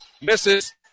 misses